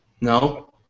No